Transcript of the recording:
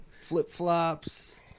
flip-flops